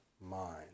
mind